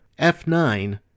F9